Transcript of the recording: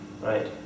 right